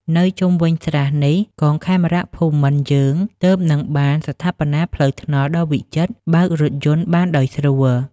នៅជុំវិញស្រះនេះ កងខេមរភូមិន្ទយើងទើបនឹងបានស្ថាបនាផ្លូវថ្នល់ដ៏វិចិត្រ បើករថយន្តបានដោយស្រួល។